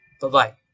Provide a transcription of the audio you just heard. Bye-bye